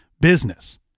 business